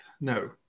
No